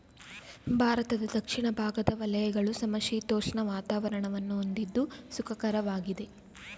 ಭಾರತದ ದಕ್ಷಿಣ ಭಾಗದ ವಲಯಗಳು ಸಮಶೀತೋಷ್ಣ ವಾತಾವರಣವನ್ನು ಹೊಂದಿದ್ದು ಸುಖಕರವಾಗಿದೆ